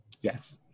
Yes